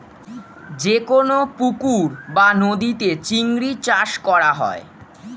যে কোন পুকুর বা নদীতে চিংড়ি চাষ করা হয়